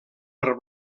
per